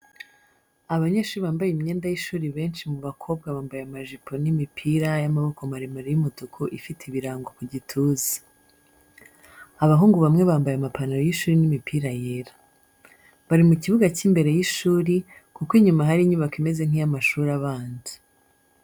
Abanyeshuri bambaye imyenda y’ishuri benshi mu bakobwa bambaye amajipo n’imipira y’amaboko maremare y’umutuku ifite ibirango ku gituza, abahungu bamwe bambaye amapantaro y’ishuri n’imipira yera. Bari mu kibuga cy’imbere y’ishuri, kuko inyuma hari inyubako imeze nk’iy’amashuri abanza.